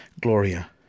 Gloria